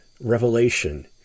Revelation